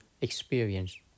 experience